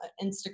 Instagram